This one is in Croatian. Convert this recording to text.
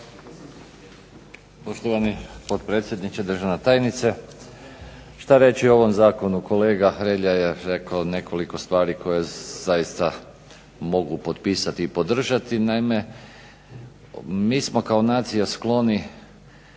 Poštovani potpredsjedniče, državna tajnice. Što reći o ovom zakonu? Kolega Hrelja je rekao nekoliko stvari koje zaista mogu potpisati i podržati. Naime, mi smo kao nacija skloni